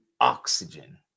oxygen